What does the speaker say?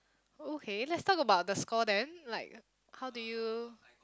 okay let's talk about the score then like how do you